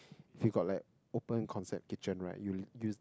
if you got like open concept kitchen right you use